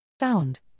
Sound